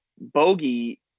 Bogey